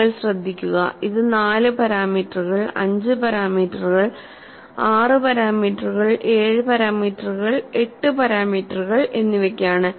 നിങ്ങൾ ശ്രദ്ധിക്കുക ഇത് നാല് പാരാമീറ്ററുകൾ അഞ്ച് പാരാമീറ്ററുകൾ ആറ് പാരാമീറ്ററുകൾ ഏഴ് പാരാമീറ്ററുകൾ എട്ട് പാരാമീറ്ററുകൾ എന്നിവയ്ക്കാണ്